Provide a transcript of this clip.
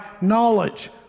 knowledge